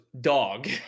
dog